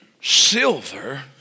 Silver